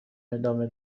ادامه